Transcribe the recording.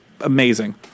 amazing